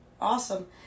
Awesome